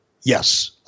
Yes